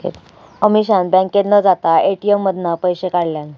अमीषान बँकेत न जाता ए.टी.एम मधना पैशे काढल्यान